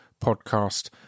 podcast